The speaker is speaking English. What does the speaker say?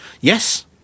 Yes